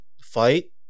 fight